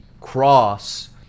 cross